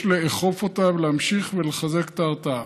יש לאכוף אותה ולהמשיך לחזק את ההרתעה.